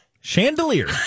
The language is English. Chandelier